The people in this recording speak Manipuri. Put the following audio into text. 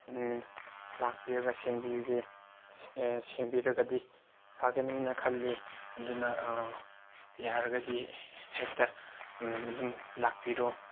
ꯂꯥꯛꯄꯤꯔꯒ ꯁꯦꯡꯕꯤꯔꯗꯤ ꯑꯦ ꯁꯦꯡꯕꯤꯔꯒꯗꯤ ꯐꯒꯅꯤꯅ ꯈꯜꯂꯤ ꯑꯗꯨꯅ ꯌꯥꯔꯒꯗꯤ ꯍꯦꯛꯇ ꯑꯗꯨꯝ ꯂꯥꯛꯄꯤꯔꯣ